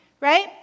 right